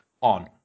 on